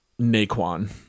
Naquan